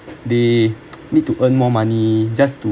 they need to earn more money just to